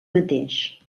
mateix